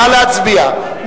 נא להצביע.